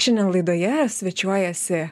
šiandien laidoje svečiuojasi